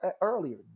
earlier